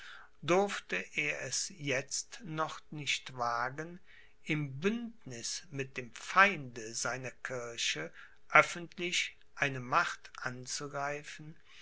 durfte er es jetzt noch nicht wagen im bündniß mit dem feinde seiner kirche öffentlich eine macht anzugreifen